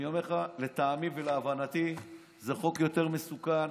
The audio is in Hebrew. אני אומר לך שלטעמי ולהבנתי זה חוק יותר מסוכן